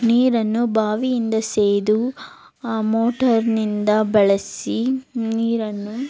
ನೀರನ್ನು ಬಾವಿಯಿಂದ ಸೇದು ಆ ಮೋಟಾರ್ನಿಂದ ಬಳಸಿ ನೀರನ್ನು